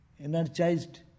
energized